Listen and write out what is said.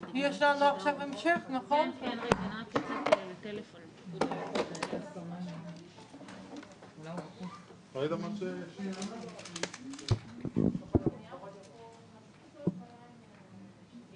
הישיבה ננעלה בשעה 11:43.